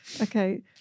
Okay